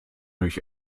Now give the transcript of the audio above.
euch